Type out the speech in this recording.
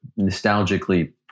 Nostalgically